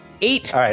Eight